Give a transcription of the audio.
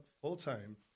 full-time